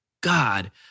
God